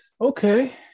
Okay